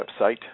website